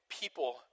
people